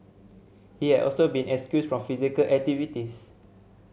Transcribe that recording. he had also been excused from physical activities